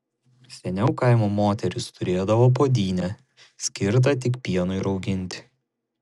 seniau kaimo moterys turėdavo puodynę skirtą tik pienui rauginti